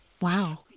Wow